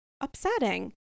upsetting